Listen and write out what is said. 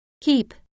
keep